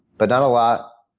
but not a lot,